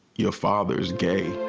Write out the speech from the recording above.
your father is gay.